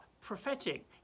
prophetic